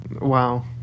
Wow